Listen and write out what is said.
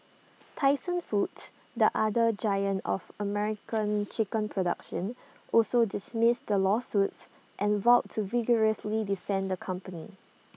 Tyson foods the other giant of American chicken production also dismissed the lawsuits and vowed to vigorously defend the company